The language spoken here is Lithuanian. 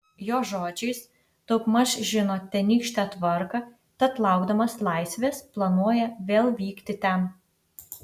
jo žodžiais daugmaž žino tenykštę tvarką tad laukdamas laisvės planuoja vėl vykti ten